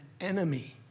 enemy